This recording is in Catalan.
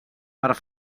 per